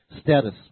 status